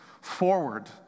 forward